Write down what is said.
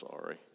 sorry